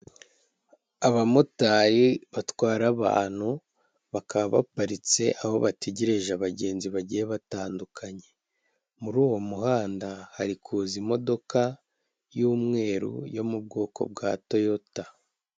Abamotari batwara abantu bakaba baparitse aho bategereje abagenzi bagiye batandukanye, muri uwo muhanda hari kuza imodoka y'umweru, yo mu bwoko bwa toyota.